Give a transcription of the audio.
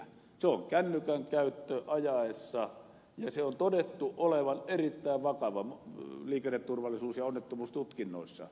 sellainen on kännykän käyttö ajaessa ja sen on todettu olevan erittäin vakavaa liikenneturvallisuus ja onnettomuustutkinnoissa